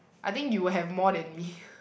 I think you will have more than me